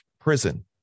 prison